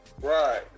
right